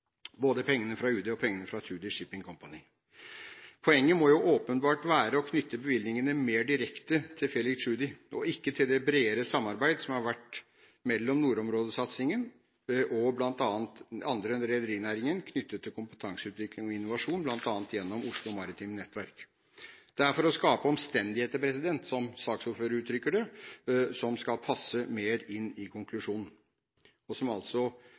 både pengene fra UD og pengene fra Tschudi Shipping Company. Poenget må jo åpenbart være å knytte bevilgningene mer direkte til Felix Tschudi og ikke til det bredere samarbeid som har vært mellom nordområdesatsingen og andre enn rederinæringen knyttet til kompetanseutvikling og innovasjon, bl.a. gjennom Oslo Maritime Nettverk. Det er for å skape omstendigheter, som saksordføreren uttrykker det, som skal passe mer inn i konklusjonen, om man ser bort fra den bredere sammenheng som